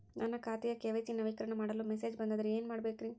ನನ್ನ ಖಾತೆಯ ಕೆ.ವೈ.ಸಿ ನವೇಕರಣ ಮಾಡಲು ಮೆಸೇಜ್ ಬಂದದ್ರಿ ಏನ್ ಮಾಡ್ಬೇಕ್ರಿ?